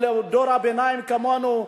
או לדור הביניים כמונו,